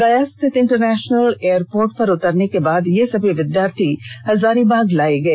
गया स्थित international airport पर उतरने के बाद ये सभी विद्यार्थी हजारीबाग लाए गए